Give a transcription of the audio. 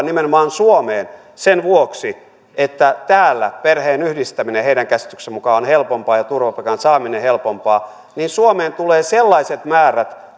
nimenomaan suomeen sen vuoksi että täällä perheenyhdistäminen heidän käsityksensä mukaan on helpompaa ja turvapaikan saaminen helpompaa niin suomeen tulee sellaiset määrät